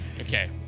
Okay